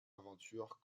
aventure